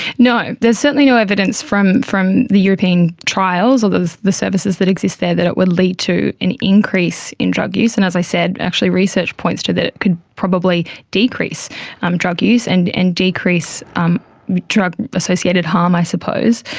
no, there's certainly no evidence from from the european trials or the services that exists there that it would lead to an increase in drug use. and, as i said, actually research points to that it could probably decrease um drug use and and decrease um drug associated harm, i suppose.